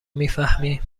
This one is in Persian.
میفهمی